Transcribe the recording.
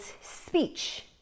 speech